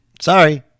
sorry